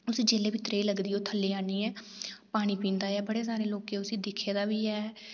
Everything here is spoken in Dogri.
उसी जेल्लै बी त्रेह् लगदी ओह् थल्लै आह्नियै पानी पींदा ऐ बड़े सारें लोकें उसी दिक्खे दा बी ऐ